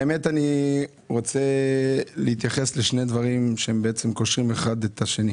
אני רוצה להתייחס לשני דברים שבעצם קשורים האחד לשני.